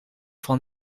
van